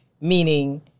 Meaning